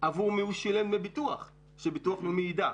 עבור מי הוא שילם דמי ביטוח כדי שביטוח לאומי יידע.